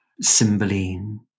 Cymbeline